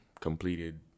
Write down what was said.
Completed